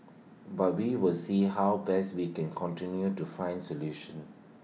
but we will see how best we can continue to find solutions